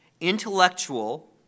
intellectual